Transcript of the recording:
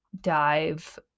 dive